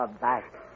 back